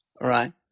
right